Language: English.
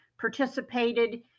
participated